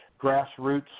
grassroots